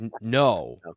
No